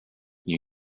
new